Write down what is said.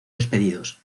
despedidos